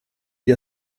gli